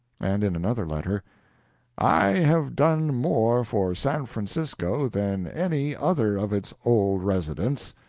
and in another letter i have done more for san francisco than any other of its old residents.